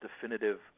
definitive